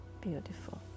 Beautiful